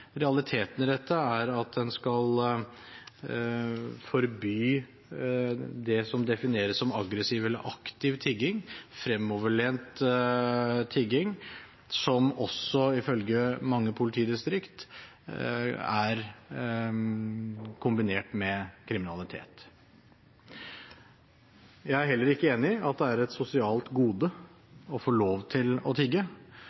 Realiteten i dette er at en skal forby det som defineres som aggressiv eller aktiv tigging, fremoverlent tigging, som også ifølge mange politidistrikter er kombinert med kriminalitet. Jeg er heller ikke enig i at det er et sosialt